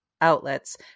outlets